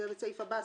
זה לסעיף הבא,